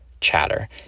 chatter